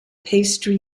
pastry